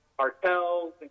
Cartels